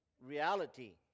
reality